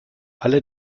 alle